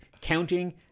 counting